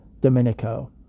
Domenico